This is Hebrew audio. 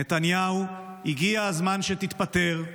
נתניהו, הגיע הזמן שתתפטר.